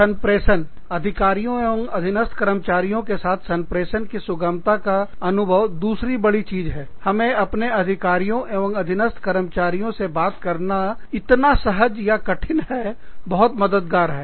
संप्रेषण अधिकारियों एवं अधीनस्थ कर्मचारियों के साथ संप्रेषण की सुगमता का अनुभव दूसरी बड़ी चीज है हमें अपने अधिकारियों एवं अधीनस्थ कर्मचारियों से बात करना इतना सहज या कठिन हैबहुत मददगार है